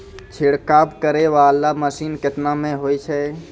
छिड़काव करै वाला मसीन केतना मे होय छै?